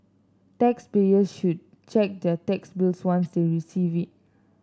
taxpayers should check their tax bills once they receive it